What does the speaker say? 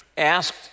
asked